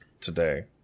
today